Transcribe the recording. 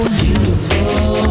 beautiful